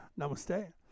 Namaste